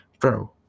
bro